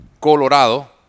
Colorado